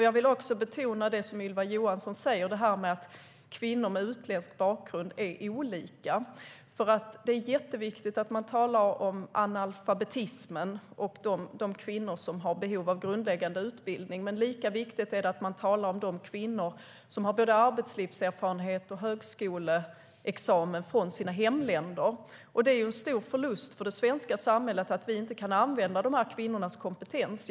Jag vill också betona det Ylva Johansson säger, nämligen att kvinnor med utländsk bakgrund är olika. Det är jätteviktigt att man talar om analfabetismen och de kvinnor som har behov av grundläggande utbildning, men lika viktigt är det att man talar om de kvinnor som har både arbetslivserfarenhet och högskoleexamen från sina hemländer. Det är en stor förlust för det svenska samhället att vi inte kan använda de kvinnornas kompetens.